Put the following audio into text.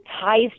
ties